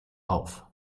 auf